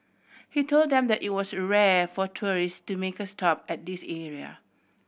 he told them that it was rare for tourist to make a stop at this area